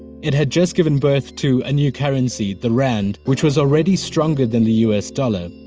it had just given birth to a new currency, the rand, which was already stronger than the us dollar.